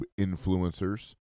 influencers